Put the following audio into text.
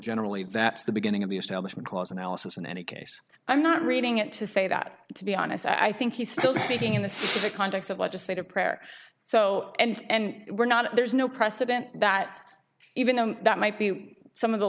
generally that's the beginning of the establishment clause analysis in any case i'm not reading it to say that to be honest i think he's still speaking in the context of legislative prayer so and we're not there's no precedent that even though that might be some of the